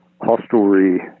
hostelry